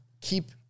keep